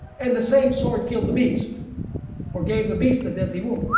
and the same sword killed the beast or gave the beast the deadly wound.